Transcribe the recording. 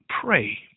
Pray